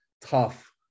tough